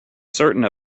certain